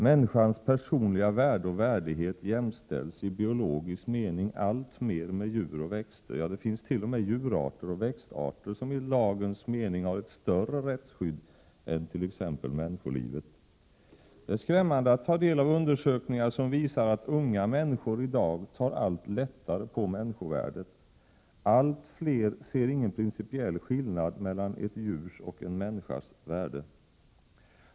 Människans personliga värde och värdighet jämställs i biologisk mening alltmer med djur och växter, ja, det finns t.o.m. djurarter och växtarter som i lagens mening har ett större rättsskydd än t.ex. människolivet. Det är skrämmande att ta del av undersökningar som visar att unga människor i dag tar allt lättare på människovärdet. Allt fler ser ingen principiell skillnad mellan ett djurs och en människas värde.